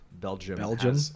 belgium